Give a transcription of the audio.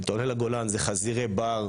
אם אתה עולה לגולן זה חזירי בר,